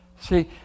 See